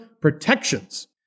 protections